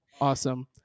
Awesome